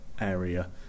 area